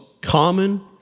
common